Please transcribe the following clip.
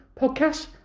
podcast